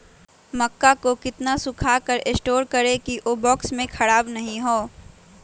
मक्का को कितना सूखा कर स्टोर करें की ओ बॉक्स में ख़राब नहीं हो?